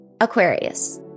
Aquarius